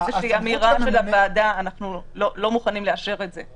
איזושהי אמירה של הוועדה אנחנו לא מוכנים לאשר את זה.